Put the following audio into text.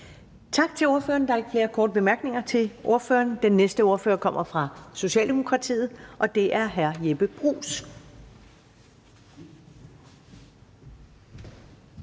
Tak til ordføreren. Der er ikke flere korte bemærkninger til ordføreren. Den næste ordfører kommer fra Socialdemokratiet, og det er hr. Jeppe Bruus.